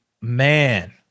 Man